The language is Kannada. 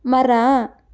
ಮರ